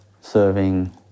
serving